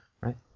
right